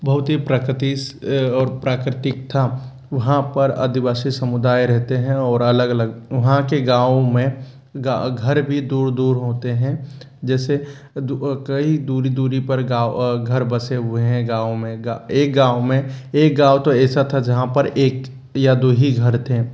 बहुत ही प्राकृतिक और प्राकृतिक था वहाँ पर अदिवासी समुदाय रहते हैं और अलग अलग वहाँ के गाँव में घर भी दूर दूर होते हैं जैसे कई दूरी दूरी पर गाँव घर बसे हुए हैं गाँव में एक गाँव में एक गाँव तो ऐसा था जहाँ पर एक या दो ही घर थे